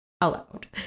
allowed